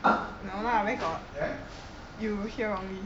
no lah where got you hear wrongly